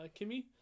Kimmy